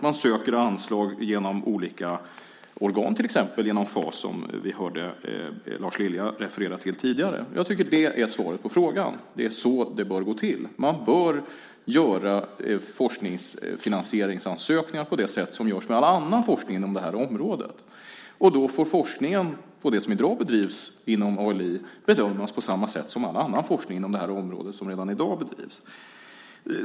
Man söker anslag genom olika organ, till exempel genom FAS som vi hörde Lars Lilja referera till tidigare. Det är svaret på frågan. Det är så det bör gå till. Man bör göra ansökningar om forskningsfinansiering på det sätt som görs för all annan forskning inom området. Då får forskningen som i dag bedrivs inom ALI bedömas på samma sätt som all annan forskning inom området som redan i dag bedrivs.